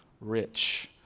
rich